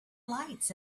lights